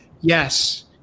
yes